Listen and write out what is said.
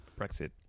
brexit